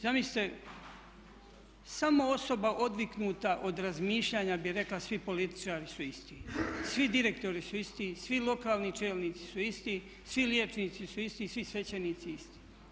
Zamislite samo osoba odviknuta od razmišljanja bi rekla svi političari su isti, svi direktori su isti, svi lokalni čelnici su isti, svi liječnici su isti, svi svećenici isti.